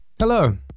Hello